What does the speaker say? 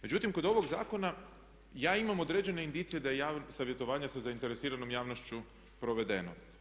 Međutim, kod ovog zakona ja imam određene indicije da je savjetovanje sa zainteresiranom javnošću provedeno.